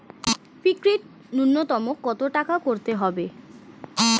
Fixed নুন্যতম কত টাকা করতে হবে?